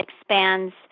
expands